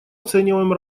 оцениваем